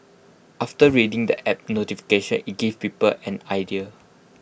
after reading the app notification IT gives people an idea